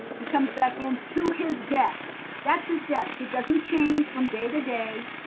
he comes back in to his desk. that's his desk. it doesn't change from day to day.